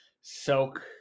soak